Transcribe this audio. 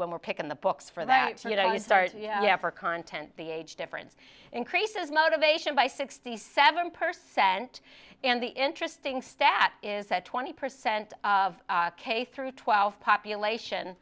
when we're picking the books for that so you know you start yeah for content the age difference increases motivation by sixty seven per cent and the interesting stat is that twenty percent of case through twelfth population